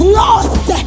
lost